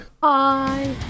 bye